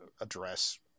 address